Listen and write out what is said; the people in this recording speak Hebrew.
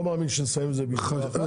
לא מאמין שנסיים את זה בישיבה אחת.